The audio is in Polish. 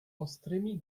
ostrymi